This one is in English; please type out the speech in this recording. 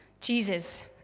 Jesus